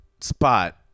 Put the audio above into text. spot